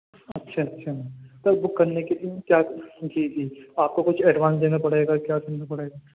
اچھا اچھا sir book کرنے کے لیے کیا جی جی آپ کو کچھ ایڈوانس دینا پڑے گا کیا کرنا پڑے گا